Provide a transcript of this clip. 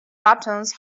buttons